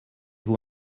vous